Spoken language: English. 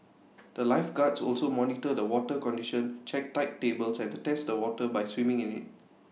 the lifeguards also monitor the water condition check tide tables and test the water by swimming in IT